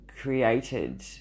created